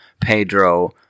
pedro